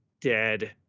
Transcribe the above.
dead